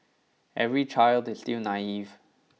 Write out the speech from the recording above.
every child is still naive